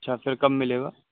اچھا پھر کب ملے گا